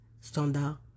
standard